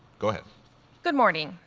good good morning,